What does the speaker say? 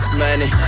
money